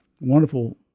Wonderful